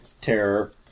Terror